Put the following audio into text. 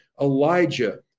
Elijah